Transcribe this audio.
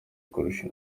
kurusha